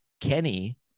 kenny